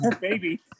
baby